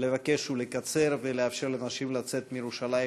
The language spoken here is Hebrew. לקצר ולאפשר לאנשים לצאת מירושלים,